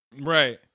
right